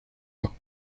los